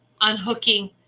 unhooking